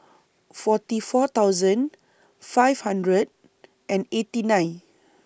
forty four thousand five hundred and eighty nine